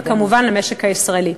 וכמובן למשק הישראלי.